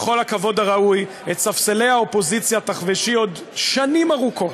בכל הכבוד הראוי: את ספסלי האופוזיציה תחבשי עוד שנים ארוכות.